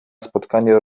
spotkanie